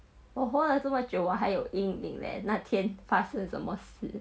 我活了这么久我还有阴影 leh 那天发生什么事